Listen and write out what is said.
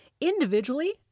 individually